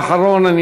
ואחרון,